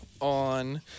on